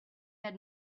had